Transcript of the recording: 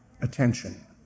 attention